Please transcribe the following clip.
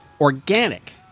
organic